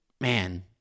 man